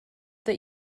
that